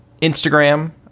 Instagram